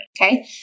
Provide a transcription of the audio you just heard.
Okay